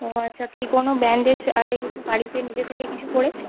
ও আচ্ছা কি কোনো ব্যান্ডেজ আরে কিছু বাড়িতে নিজে থেকে কিছু করেছে